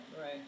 Right